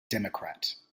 democrat